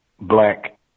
black